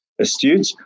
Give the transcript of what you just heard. astute